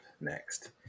next